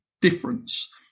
difference